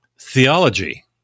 theology